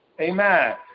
Amen